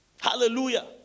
Hallelujah